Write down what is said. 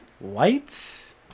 lights